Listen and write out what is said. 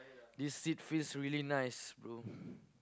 this seat feels really nice bro